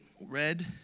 red